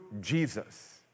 Jesus